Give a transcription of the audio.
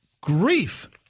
grief